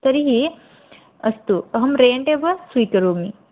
तर्हि अस्तु अहं रेण्ट् एव स्वीकरोमि